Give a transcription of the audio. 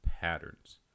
patterns